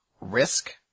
risk